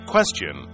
Question